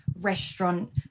restaurant